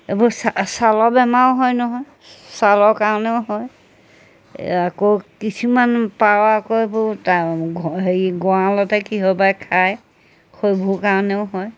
এইবোৰ ছালৰ বেমাৰো হয় নহয় ছালৰ কাৰণেও হয় এই আকৌ কিছুমান পাৰ আকৌ এইবোৰ হেৰি গঁৰালতে কিহবাই খায় সেইবোৰ কাৰণেও হয়